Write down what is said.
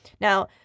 Now